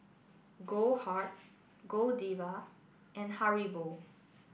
Goldheart Godiva and Haribo